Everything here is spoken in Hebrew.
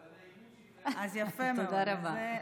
על הנעימות שבה היא מנהלת את, תודה רבה.